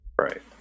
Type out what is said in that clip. right